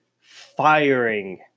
firing